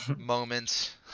moments